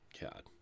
God